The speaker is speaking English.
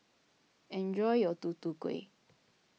enjoy your Tutu Kueh